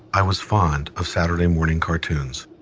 i was fond of saturday morning cartoons.